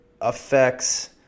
Affects